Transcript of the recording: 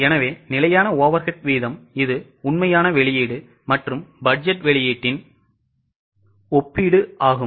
எனவே நிலையான overhead வீதம் இது உண்மையான வெளியீடு மற்றும் பட்ஜெட் வெளியீட்டின் ஒப்பீடு ஆகும்